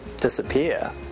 disappear